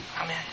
Amen